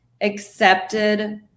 accepted